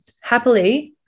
happily